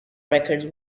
records